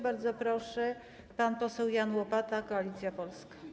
Bardzo proszę, pan poseł Jan Łopata, Koalicja Polska.